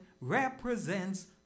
represents